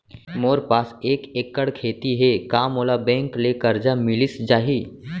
मोर पास एक एक्कड़ खेती हे का मोला बैंक ले करजा मिलिस जाही?